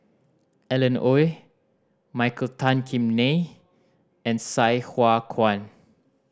Alan Oei Michael Tan Kim Nei and Sai Hua Kuan